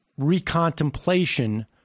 recontemplation